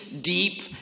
deep